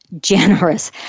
generous